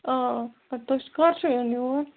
آ اَدٕ تۄہہِ کَر چھُ یُن یور